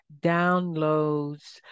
downloads